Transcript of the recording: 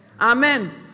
Amen